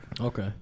Okay